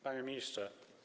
Panie Ministrze!